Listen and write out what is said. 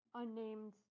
unnamed